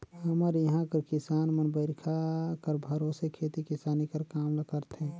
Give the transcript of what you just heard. हमर इहां कर किसान मन बरिखा कर भरोसे खेती किसानी कर काम ल करथे